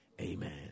Amen